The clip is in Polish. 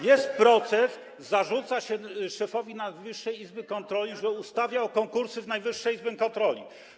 Jest proces, zarzuca się szefowi Najwyższej Izby Kontroli, że ustawiał konkursy w Najwyższej Izbie Kontroli.